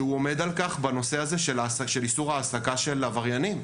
שהוא עומד על כך בנושא של איסור העסקה של עבריינים.